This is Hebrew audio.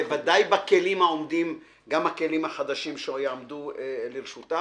בוודאי בכלים העומדים גם הכלים החדשים שיעמדו לרשותה.